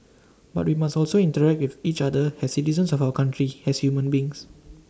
but we must also interact with each other as citizens of our country as human beings